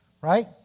right